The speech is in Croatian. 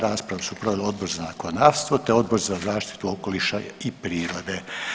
Raspravu su proveli Odbor za zakonodavstvo te Odbor za zaštitu okoliša i prirode.